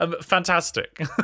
fantastic